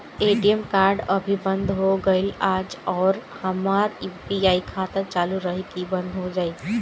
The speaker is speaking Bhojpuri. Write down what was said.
ए.टी.एम कार्ड अभी बंद हो गईल आज और हमार यू.पी.आई खाता चालू रही की बन्द हो जाई?